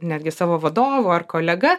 netgi savo vadovu ar kolega